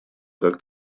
как